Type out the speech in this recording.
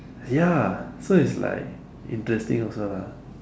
ya so is like interesting also lah